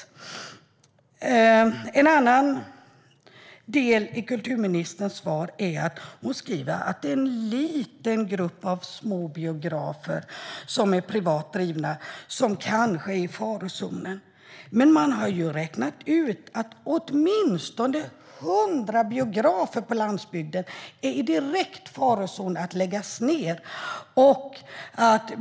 I en annan del i kulturministerns svar säger hon att det är en liten grupp av små biografer som är privat drivna som kanske är i farozonen. Men man har räknat ut att åtminstone hundra biografer på landsbygden är i direkt farozon att läggas ned.